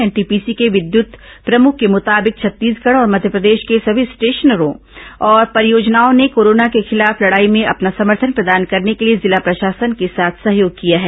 NTPC के ँविद्युत प्रमुख के मुताबिक छत्तीसगढ़ और मध्यप्रदेश के सभी स्टेशनों और परियोजनाओं ने कोरोना के खिलाफ लड़ाई में अपना समर्थन प्रदान करने के लिए जिला प्रशासन के साथ सहयोग किया है